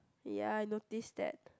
ya I notice that